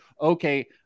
okay